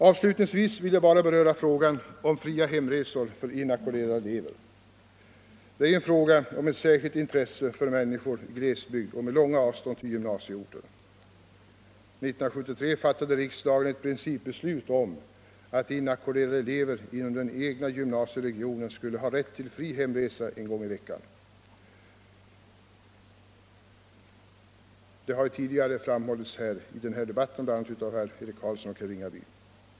Avslutningsvis vill jag bara beröra frågan om fria hemresor för in ackorderade elever. Det är en fråga av särskilt intresse för människor - Nr 83 i glesbygd och med långa avstånd till gymnasieorter. 1973 fattade riks Tisdagen den dagen ett principbeslut om att inackorderade elever inom den egna gym 20 maj 1975 nasieregionen skulle ha rätt till fri hemresa en gång i veckan. Det har tidigare framhållits i den här debatten av herr Carlsson i Vikmanshyttan — Vuxenutbildningen, och herr Ringaby.